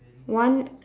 one